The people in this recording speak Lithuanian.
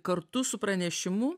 kartu su pranešimu